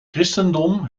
christendom